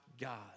God